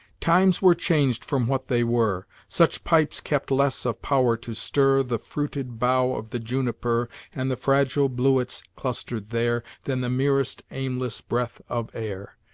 times were changed from what they were such pipes kept less of power to stir the fruited bough of the juniper and the fragile bluets clustered there than the merest aimless breath of air.